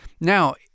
Now